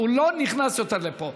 הוא לא נכנס יותר לפה.